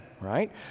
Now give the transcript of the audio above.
Right